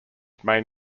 main